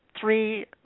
three